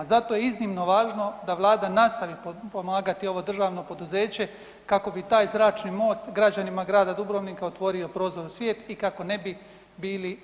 Zato je iznimno važno da Vlada nastavi pomagati ovo državno poduzeće kako bi taj zračni most građanima Grada Dubrovnika otvorio prozor u svijet i kako ne bi bili otok.